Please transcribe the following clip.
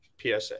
psa